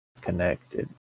connected